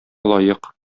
лаек